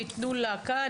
ייתנו לה כאן,